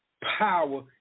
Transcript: power